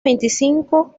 veinticinco